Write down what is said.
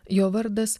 jo vardas